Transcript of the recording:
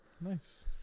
Nice